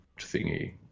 thingy